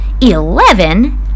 Eleven